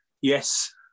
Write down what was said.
yes